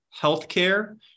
healthcare